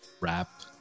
rap